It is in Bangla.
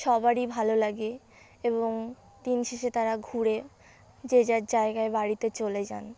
সবারই ভালো লাগে এবং দিন শেষে তারা ঘুরে যে যার জায়গায় বাড়িতে চলে যান